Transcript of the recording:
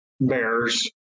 bears